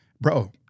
bro